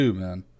man